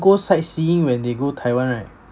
go sightseeing when they go taiwan right